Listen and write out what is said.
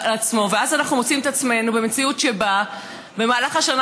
ואז אנחנו מוצאים את עצמנו במציאות שבה במהלך השנה